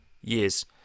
years